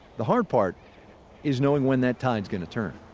the hard part is knowing when that tide's gonna turn